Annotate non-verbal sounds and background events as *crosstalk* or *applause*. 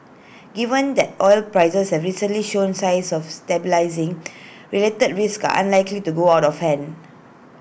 given that oil prices have recently showed signs of stabilising *noise* related risks are unlikely to go out of hand